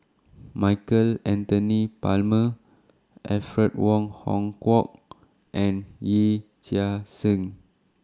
Michael Anthony Palmer Alfred Wong Hong Kwok and Yee Chia Hsing